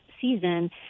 season